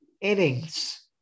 innings